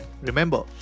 remember